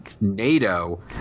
NATO